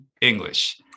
English